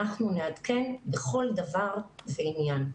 אנחנו נעדכן בכל דבר ועניין.